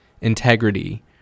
integrity